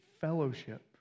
fellowship